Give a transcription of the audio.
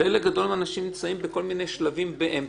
חלק גדול מהאנשים נמצאים בכל מיני שלבים באמצע,